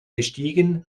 gestiegen